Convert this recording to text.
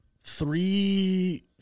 three